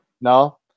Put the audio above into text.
No